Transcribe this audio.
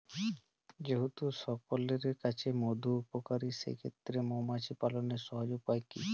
যেহেতু সকলের কাছেই মধু উপকারী সেই ক্ষেত্রে মৌমাছি পালনের সহজ উপায় কি?